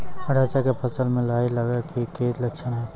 रैचा के फसल मे लाही लगे के की लक्छण छै?